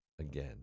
Again